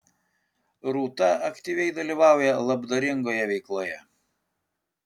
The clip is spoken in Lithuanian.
rūta aktyviai dalyvauja labdaringoje veikloje